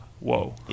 Whoa